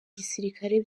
gisirikare